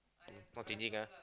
not changing ah